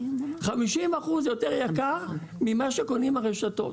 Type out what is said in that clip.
50% יותר יקר מאשר קונות הרשתות.